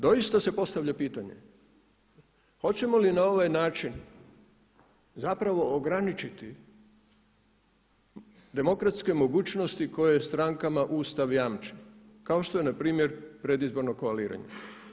Doista se postavlja pitanje, hoćemo li na ovaj način zapravo ograničiti demokratske mogućnosti koje strankama Ustav jamči kao što je npr. predizborno koaliranje.